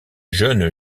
jeunes